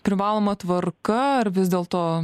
privaloma tvarka ar vis dėlto